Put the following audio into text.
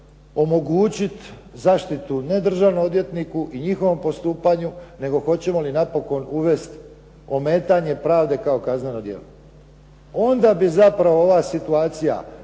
omogućiti zaštitu ne državnom odvjetniku i njihovom postupanju, nego hoćemo li napokon uvesti ometanje pravde kao kazneno djelo, onda bi zapravo ova situacija